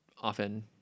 often